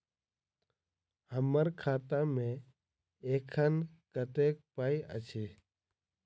हम्मर खाता मे एखन कतेक पाई अछि?